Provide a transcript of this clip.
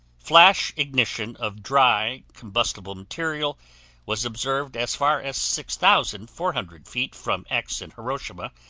flash ignition of dry, combustible material was observed as far as six thousand four hundred feet from x in hiroshima,